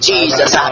Jesus